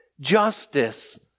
justice